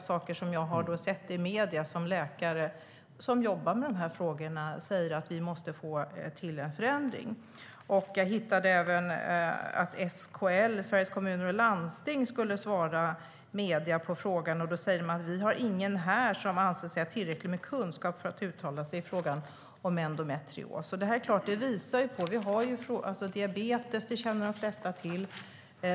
I medierna har flera läkare som jobbar med dessa frågor sagt att vi måste få till en förändring. Diabetes känner de flesta till.